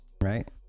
right